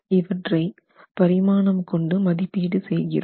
இவற்றை பரிமாணம் கொண்டு மதிப்பீடு செய்கிறோம்